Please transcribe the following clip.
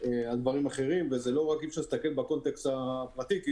על דברים אחרים ואי אפשר רק להסתכל בקונטקסט הפרטי כי